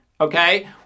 okay